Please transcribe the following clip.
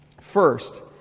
First